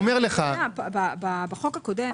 בחוק הקודם,